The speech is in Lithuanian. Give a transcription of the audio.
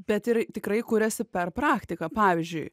bet ir tikrai kuriasi per praktiką pavyzdžiui